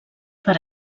per